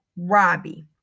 robbie